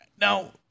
Now